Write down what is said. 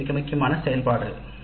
இது மிகவும் முக்கியமான செயல்பாடு